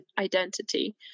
identity